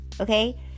okay